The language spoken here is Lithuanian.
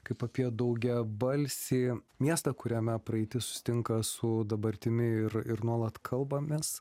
kaip apie daugiabalsį miestą kuriame praeitis susitinka su dabartimi ir ir nuolat kalbamės